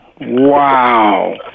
Wow